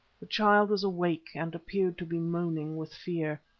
the child was awake, and appeared to be moaning with fear.